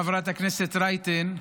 חברת הכנסת רייטן,